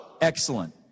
Excellent